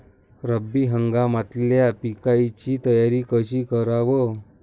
रब्बी हंगामातल्या पिकाइची तयारी कशी कराव?